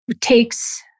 takes